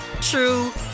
true